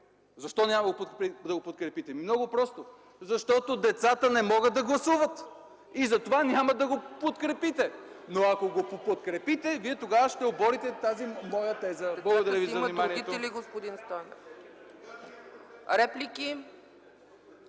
Защо няма да го подкрепите? Много просто – защото децата не могат да гласуват, затова няма да го подкрепите. Но ако го подкрепите, тогава вие ще оборите тази моя теза. Благодаря за вниманието.